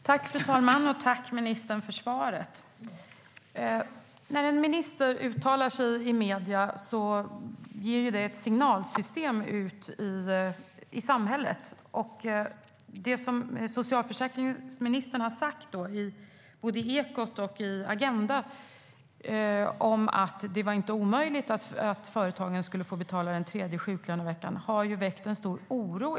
Fru talman! Tack, ministern, för svaret! När en minister uttalar sig i medierna skickas signaler ut i samhället. Socialförsäkringsministern har sagt både i Ekot och i Agenda att det inte är omöjligt att företag ska få betala den tredje sjuklöneveckan. Det har väckt stor oro.